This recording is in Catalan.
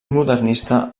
modernista